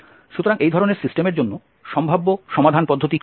সুতরাং এই ধরনের সিস্টেমের জন্য সম্ভাব্য সমাধান পদ্ধতি কি